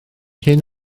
hyn